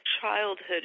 childhood